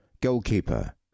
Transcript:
goalkeeper